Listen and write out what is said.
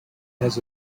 has